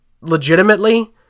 legitimately